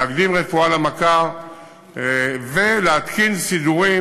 להקדים רפואה למכה ולהתקין סידורים,